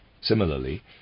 Similarly